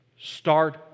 Start